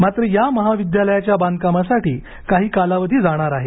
मात्र या महाविद्यालयाच्या बांधकामासाठी काही कालावधी जाणार आहे